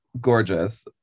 gorgeous